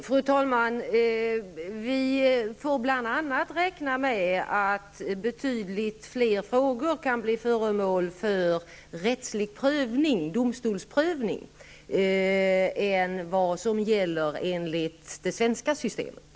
Fru talman! Vi får bl.a. räkna med att betydligt fler frågor kan bli föremål för rättslig prövning, domstolsprövning, än vad som gäller enligt det svenska systemet.